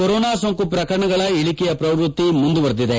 corona ಸೋಂಕು ಪ್ರಕರಣಗಳ ಇಳಿಕೆಯ ಪ್ರವೃತ್ತಿ ಮುಂದುವರೆದಿದೆ